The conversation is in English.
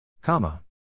Comma